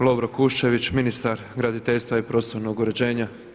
Lovro KušČević, ministar graditeljstva i prostornog uređenja.